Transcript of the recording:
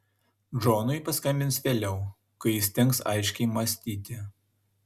džonui paskambins vėliau kai įstengs aiškiai mąstyti